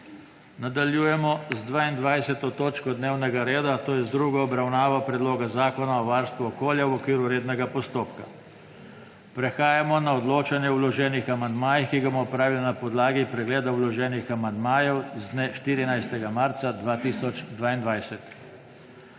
Nadaljujemo z 22. točko dnevnega reda, to je z drugo obravnavo Predloga Zakona o varstvu okolja v okviru rednega postopka. Prehajamo na odločanje o vloženih amandmajih, ki ga bomo opravili na podlagi pregleda vloženih amandmajev z dne 14. marca 2022.